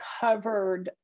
covered